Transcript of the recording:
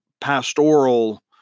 pastoral